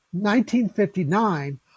1959